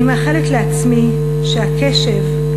אני מאחלת לעצמי שהקשב,